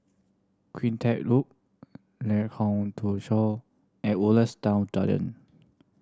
Cleantech Loop Lengkok Tujoh and Woodlands Town Garden